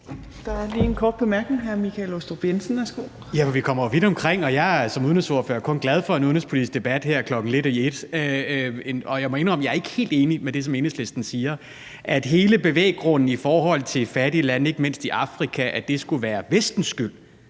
Der er lige en kort bemærkning.